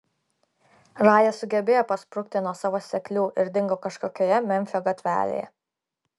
raja sugebėjo pasprukti nuo savo seklių ir dingo kažkokioje memfio gatvelėje